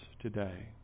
today